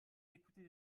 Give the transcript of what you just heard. écoutez